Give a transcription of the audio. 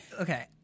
Okay